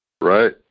right